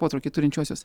potraukį turinčiuosius